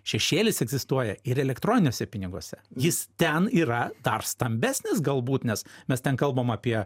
šešėlis egzistuoja ir elektroniniuose piniguose jis ten yra dar stambesnis galbūt nes mes ten kalbam apie